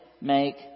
make